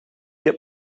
heb